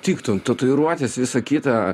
tiktų tatuiruotės visa kita